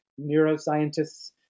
neuroscientists